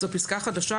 זו פסקה חדשה.